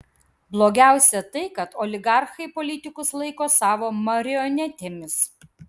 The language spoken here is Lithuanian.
blogiausia tai kad oligarchai politikus laiko savo marionetėmis